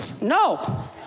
no